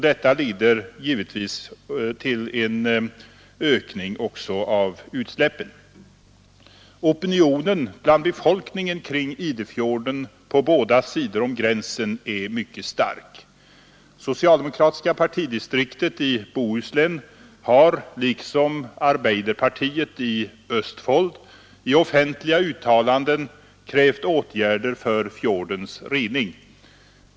Detta leder givetvis till en ökning av utsläppen. Opinionen bland befolkningen kring Idefjorden på båda sidor om gränsen är mycket stark. Socialdemokratiska partidistriktet i Bohuslän har, liksom arbeiderpartiet i Östfold, i offentliga uttalanden krävt åtgärder för fjordens rening.